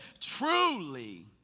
Truly